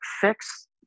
fix